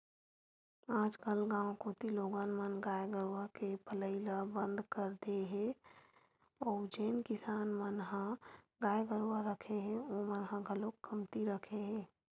आजकल गाँव कोती लोगन मन गाय गरुवा के पलई ल बंद कर दे हे अउ जेन किसान मन ह गाय गरुवा रखे हे ओमन ह घलोक कमती रखे हे